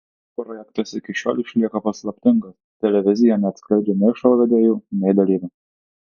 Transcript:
projektas iki šiol išlieka paslaptingas televizija neatskleidžia nei šou vedėjų nei dalyvių